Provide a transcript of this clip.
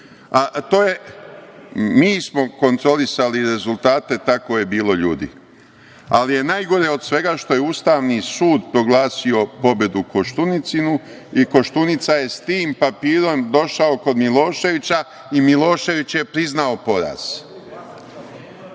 dobio. Mi smo kontrolisali rezultate, tako je bilo, ljudi. Ali je najgore od svega što je Ustavni sud proglasio pobedu Koštuničinu i Koštunica je s tim papirom došao kod Miloševića i Milošević je priznao